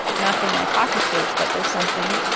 nothing like hockey skates, but there's something.